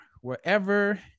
wherever